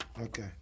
Okay